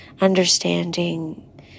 understanding